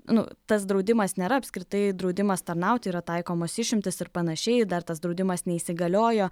nu tas draudimas nėra apskritai draudimas tarnauti yra taikomos išimtys ir panašiai dar tas draudimas neįsigaliojo